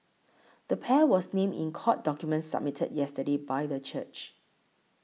the pair were named in court documents submitted yesterday by the church